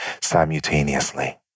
simultaneously